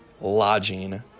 lodging